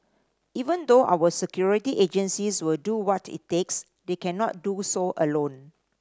even though our security agencies will do what it takes they cannot do so alone